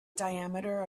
diameter